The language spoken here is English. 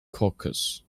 caucus